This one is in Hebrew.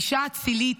אישה אצילית,